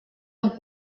amb